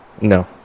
No